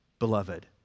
Beloved